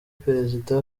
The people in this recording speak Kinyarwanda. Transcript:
perezida